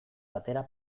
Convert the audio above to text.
batera